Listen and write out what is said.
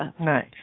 Nice